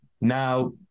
Now